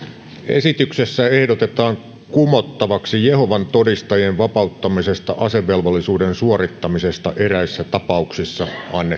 esityksessä ehdotetaan kumottavaksi jehovan todistajien vapauttamisesta asevelvollisuuden suorittamisesta eräissä tapauksissa annettu laki